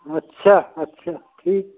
अच्छा अच्छा ठीक